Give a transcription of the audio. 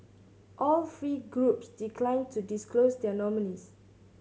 all three groups declined to disclose their nominees